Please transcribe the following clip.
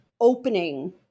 opening